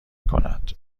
کند